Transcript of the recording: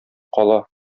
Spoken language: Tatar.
кала